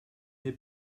n’ai